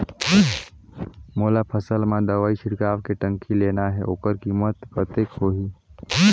मोला फसल मां दवाई छिड़काव के टंकी लेना हे ओकर कीमत कतेक होही?